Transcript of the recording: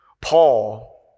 Paul